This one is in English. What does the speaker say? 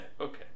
okay